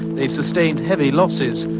they've sustained heavy losses,